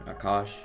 akash